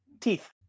Teeth